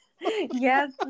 Yes